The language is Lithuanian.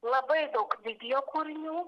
labai daug video kūrinių